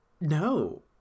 No